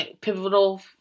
pivotal